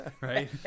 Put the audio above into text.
right